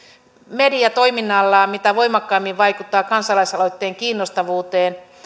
media toiminnallaan mitä voimakkaimmin vaikuttaa kansalaisaloitteen kiinnostavuuteen